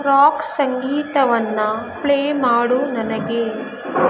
rock ಸಂಗೀತವನ್ನು play ಮಾಡು ನನಗೆ